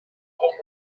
home